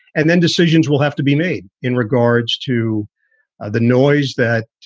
and then decisions will have to be made in regards to the noise that